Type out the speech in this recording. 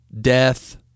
death